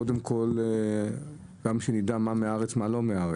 קודם כל, גם שנדע מה מהארץ ומה לא מהארץ.